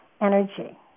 energy